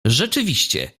rzeczywiście